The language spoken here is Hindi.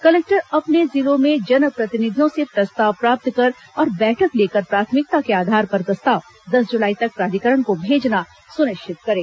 कलेक्टर अपने जिलों में जन प्रतिनिधियों से प्रस्ताव प्राप्त कर और बैठक लेकर प्राथमिकता के आधार पर प्रस्ताव दस जुलाई तक प्राधिकरण को भेजना सुनिश्चित करें